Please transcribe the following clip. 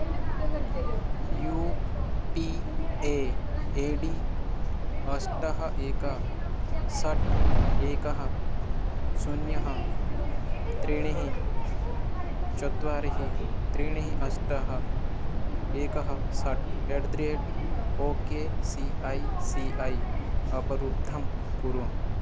you P A A D अष्ट एकम् षट् एकं शून्यं त्रीणि चत्वारि त्रीणि अष्ट एकः षट् at the rate O K C I C I अवरुद्धं कुरुः